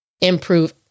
improve